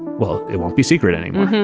well, it won't be secret anymore